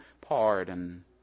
pardon